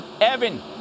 Evan